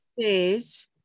says